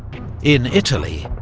in italy,